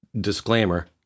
disclaimer